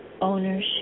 ownership